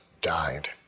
died